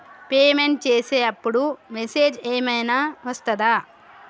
Payment చేసే అప్పుడు message ఏం ఐనా వస్తదా?